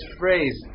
phrase